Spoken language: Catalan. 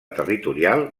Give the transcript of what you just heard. territorial